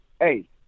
hey